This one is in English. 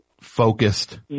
focused